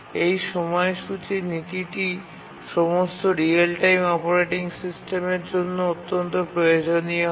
এই সময়সূচী নীতিটি সমস্ত রিয়েল টাইম অপারেটিং সিস্টেমের জন্য অত্যন্ত প্রয়োজনীয় হয়